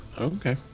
Okay